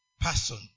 person